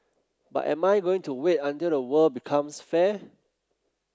but am I going to wait until the world becomes fair